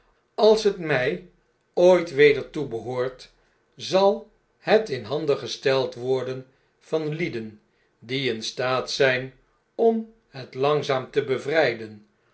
als het mfl ooit weder toebehoort zal het in handen gesteld worden van lieden die in staat zyn om het langzaam te bevryden